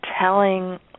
telling